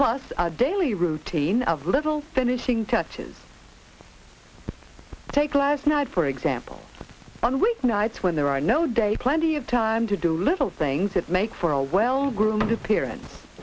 plus a daily routine of little finishing touches take last night for example on weeknights when there are no day plenty of time to do little things that make for a well groomed appearance